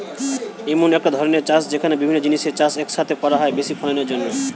এমন একটা ধরণের চাষ যেখানে বিভিন্ন জিনিসের চাষ এক সাথে করা হয় বেশি ফলনের জন্যে